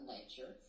Nature